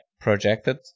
projected